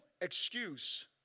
excuse